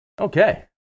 Okay